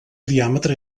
diàmetre